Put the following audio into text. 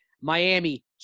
Miami